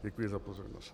Děkuji za pozornost.